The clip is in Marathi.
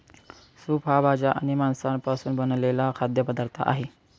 सूप हा भाज्या आणि मांसापासून बनवलेला खाद्य पदार्थ आहे